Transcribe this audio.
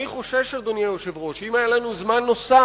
אני חושש, אדוני היושב-ראש, שאם היה לנו זמן נוסף,